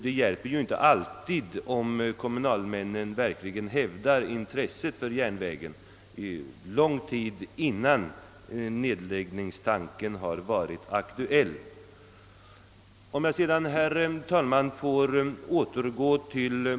Det hjälper sålunda inte alltid om kommunalmännen verkligen visar intresse för järnvägen långt innan nedläggningstanken blivit aktuell.